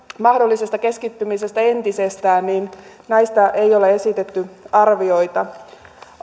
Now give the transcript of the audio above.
mahdollisesta keskittymisestä entisestään ei ole esitetty arvioita